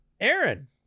Aaron